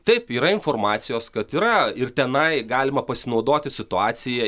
taip yra informacijos kad yra ir tenai galima pasinaudoti situacija